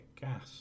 gas